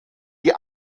die